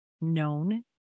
known